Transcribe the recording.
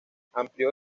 amplió